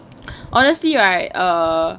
honestly right err